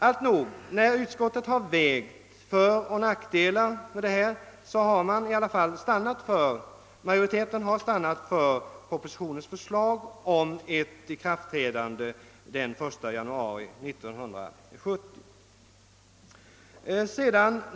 Alltnog, när utskottet har vägt föroch nackdelar har dess majoritet stannat för propositionens förslag om ett ikraftträdande den 1 januari 1970.